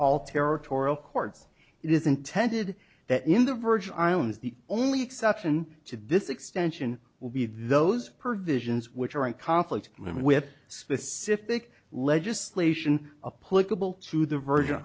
all territorial courts it is intended that in the virgin islands the only exception to this extension will be those provisions which are in conflict i mean with specific legislation a political to the virgin